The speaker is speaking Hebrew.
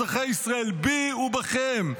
אזרחי ישראל, בי ובכם.